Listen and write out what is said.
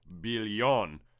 billion